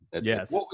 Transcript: Yes